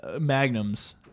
magnums